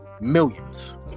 millions